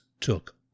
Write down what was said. took